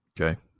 Okay